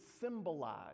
symbolize